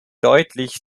deutlich